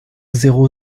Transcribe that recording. zéro